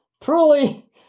truly